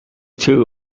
two